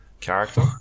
character